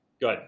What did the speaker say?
Good